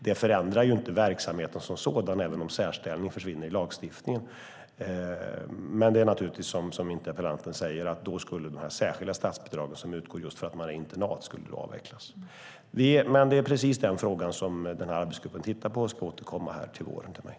Det förändrar inte verksamheten som sådan om särställningen i lagstiftningen försvinner. Men naturligtvis är det som interpellanten säger att de särskilda statsbidrag som utgår för att skolan är internat då skulle avvecklas. Det är detta som arbetsgruppen nu tittar på. Den ska återkomma till mig under våren.